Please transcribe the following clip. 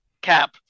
Cap